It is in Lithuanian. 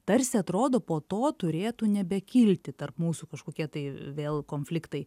tarsi atrodo po to turėtų nebekilti tarp mūsų kažkokie tai vėl konfliktai